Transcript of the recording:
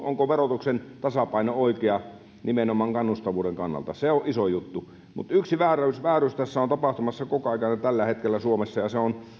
onko verotuksen tasapaino oikea nimenomaan kannustavuuden kannalta se on iso juttu mutta yksi vääryys vääryys tässä on tapahtumassa koko ajan tällä hetkellä suomessa ja se on